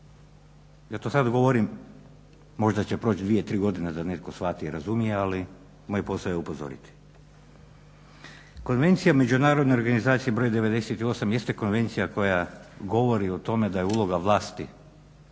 Ja to sad govorim možda će proći 2-3 godine da netko shvati i razumije, ali moj posao je upozoriti. Konvencija Međunarodne organizacije broj 98. jest konvencija koja govori o tome da je uloga vlasti